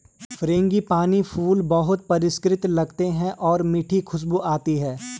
frangipani फूल बहुत परिष्कृत लगते हैं और मीठी खुशबू आती है